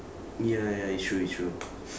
ya ya it's true it's true